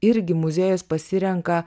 irgi muziejus pasirenka